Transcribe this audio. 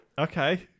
okay